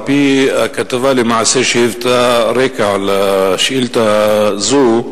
על-פי כתבה שלמעשה היוותה רקע לשאילתא הזאת,